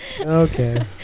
Okay